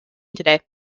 today